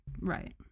Right